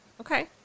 Okay